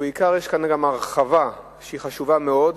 ובעיקר יש כאן גם הרחבה שהיא חשובה מאוד,